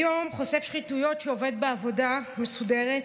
היום חושף שחיתויות שעובד בעבודה מסודרת,